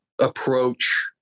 approach